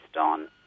on